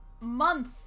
month